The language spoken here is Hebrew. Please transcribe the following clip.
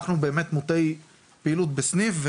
אנחנו מוטי פעילות בסניף,